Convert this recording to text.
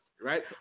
right